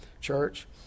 church